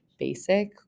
basic